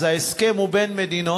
אז ההסכם הוא בין מדינות,